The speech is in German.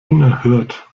unerhört